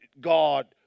God